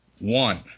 One